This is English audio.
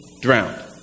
drowned